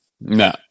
No